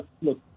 look